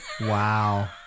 Wow